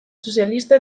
sozialista